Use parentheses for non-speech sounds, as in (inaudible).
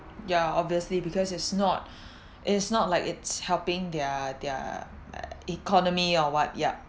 ya obviously because it's not (breath) it's not like it's helping their their economy or what ya